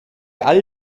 all